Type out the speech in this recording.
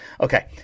Okay